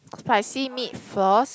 spicy meat floss